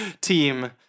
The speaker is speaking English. team